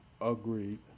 Agreed